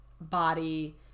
body